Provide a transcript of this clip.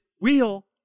wheel